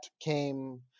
came